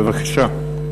בבקשה.